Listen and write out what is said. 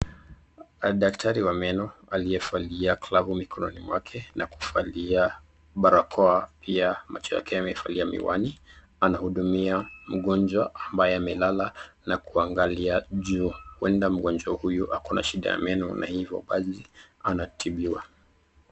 Daktari wa meno aliyevalia glovu mikononi mwake na kuvalia barakoa pia macho yake amevalia miwani, anahudumia mgonjwa ambaye amelala na kuangalia juu. Huenda mgonjwa huyu ako na shida ya meno na hivyo basi anatibiwa.